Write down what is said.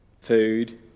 food